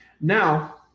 Now